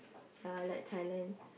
ya like Thailand